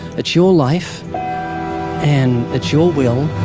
it's your life and it's your will,